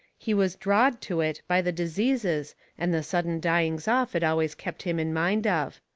he was drawed to it by the diseases and the sudden dyings-off it always kept him in mind of.